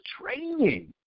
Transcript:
training